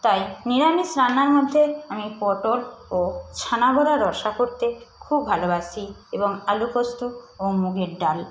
তাই নিরামিষ রান্নার মধ্যে আমি পটল ও ছানা বড়ার রসা করতে খুব ভালোবাসি এবং আলু পোস্ত ও মুগের ডাল